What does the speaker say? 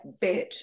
bitch